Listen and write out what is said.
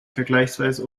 vergleichsweise